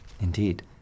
Indeed